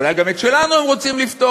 אולי גם את שלנו הם רוצים לפטור